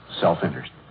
self-interest